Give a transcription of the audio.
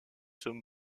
sont